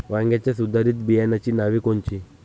वांग्याच्या सुधारित बियाणांची नावे कोनची?